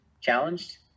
challenged